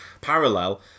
parallel